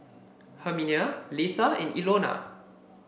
Herminia Leatha and Ilona